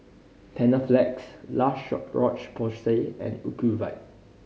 Panaflex La Roche Porsay and Ocuvite